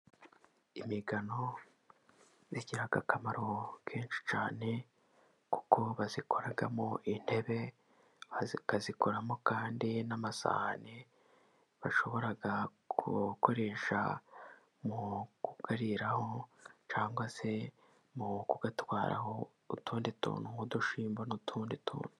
Imigano igira akamaro kenshi cyane kuko bazikoramo intebe kandi n'amasahani bashobora gukoresha mu kuyariho cyangwa se mu kuyatwaraho utundi tuntu nk'udushimbo n'utundi tumwe.